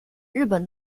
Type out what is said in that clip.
日本